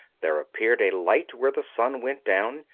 there appeared a light where the sun went down,